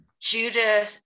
judah